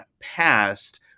passed